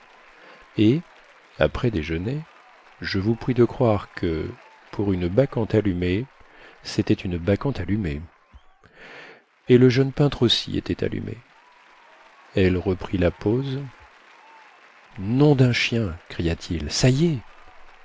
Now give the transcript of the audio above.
et après déjeuner je vous prie de croire que pour une bacchante allumée cétait une bacchante allumée et le jeune peintre aussi était allumé elle reprit la pose nom dun chien cria-t-il ça y est